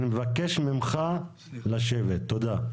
אני מבקש ממך לשבת תודה,